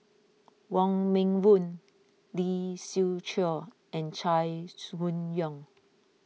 Wong Meng Voon Lee Siew Choh and Chai Hon Yoong